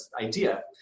idea